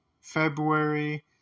February